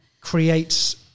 Creates